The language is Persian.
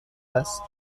است